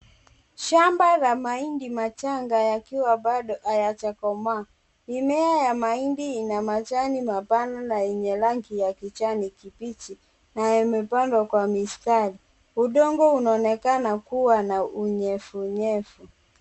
Shamba la mahindi machanga yakiwa bado hayajakomaa. Mimea ya mahindi ina majani mapana na yenye rangi ya kijani kibichi na yamepandwa kwa mistari. Udongo unaonekana kuwa na unyevunyevu.